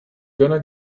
gonna